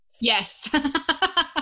Yes